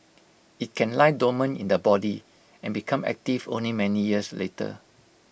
IT can lie dormant in the body and become active only many years later